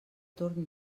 torn